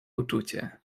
uczucie